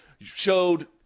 showed